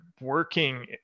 working